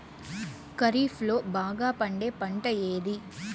ఖరీఫ్ లో బాగా పండే పంట ఏది?